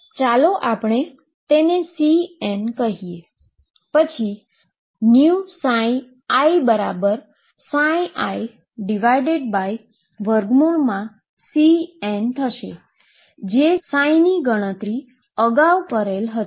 ચાલો આપણે CN કહીએ પછી inew જે ψ ની ગણતરી તમે અગાઉ કરી iCN થશે